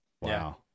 Wow